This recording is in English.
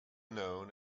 known